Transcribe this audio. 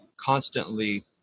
constantly